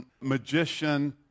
magician